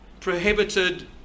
prohibited